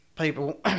people